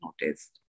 noticed